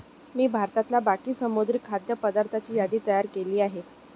मी भारतातल्या बाकीच्या समुद्री खाद्य पदार्थांची यादी तयार केली आहे